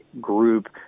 group